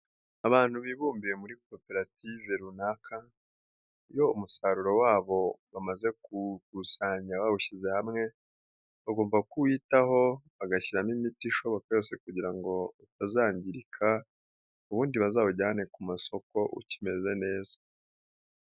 Abantu bibumbiye muri koperative runaka iyo umusaruro wabo bamaze kuwukusanya bawushyize hamwe bagomba kuwitaho bagashyiramo imiti ishoboka yose kugira ngo utazangirika ubundi bazawujyane ku masoko ukimeze neza.